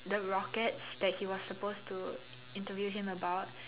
the rockets that he was supposed to interview him about